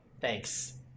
Thanks